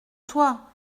toi